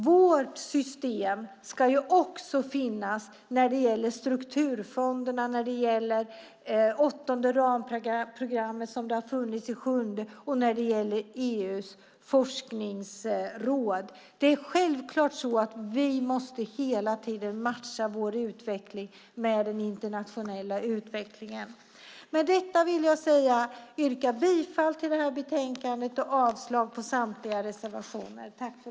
Vårt system ska finnas när det gäller strukturfonderna, åttonde ramprogrammet - på samma sätt som det sjunde - och EU:s forskningsråd. Självklart måste vi hela tiden matcha vår utveckling med den internationella utvecklingen. Med detta vill jag yrka bifall till utskottets förslag i betänkandet och avslag på samtliga reservationer.